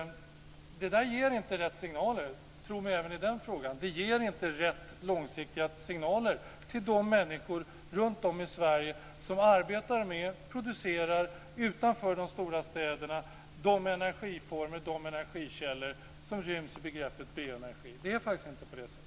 Det där ger inte - tro mig även i den frågan - de rätta långsiktiga signalerna till de människor runtom i Sverige som utanför de stora städerna producerar de energikällor som ryms i begreppet bioenergi. Det är faktiskt inte på det sättet.